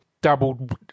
doubled